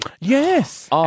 Yes